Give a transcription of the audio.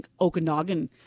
Okanagan